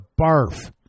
barf